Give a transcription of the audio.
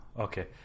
okay